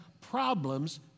problems